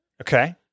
Okay